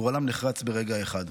גורלם נחרץ ברגע אחד.